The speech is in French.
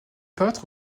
paraître